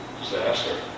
Disaster